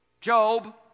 Job